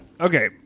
Okay